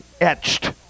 etched